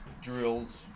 drills